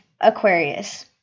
Aquarius